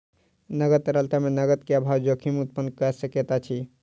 नकद तरलता मे नकद के अभाव जोखिम उत्पन्न कय सकैत अछि